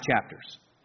chapters